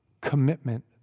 commitment